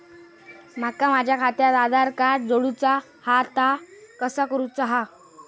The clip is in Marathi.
माका माझा खात्याक आधार कार्ड जोडूचा हा ता कसा करुचा हा?